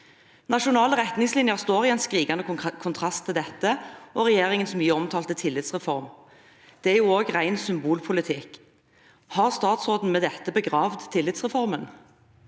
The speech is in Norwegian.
Nasjonale retningslinjer står i en skrikende kontrast til dette og regjeringens mye omtalte tillitsreform. Det er jo ren symbolpolitikk. Har statsråden med dette begravd tillitsreformen?